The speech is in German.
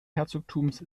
herzogtums